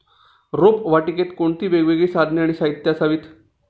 रोपवाटिकेत कोणती वेगवेगळी साधने आणि साहित्य असावीत?